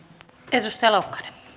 arvoisa rouva